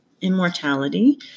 immortality